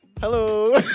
Hello